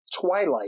Twilight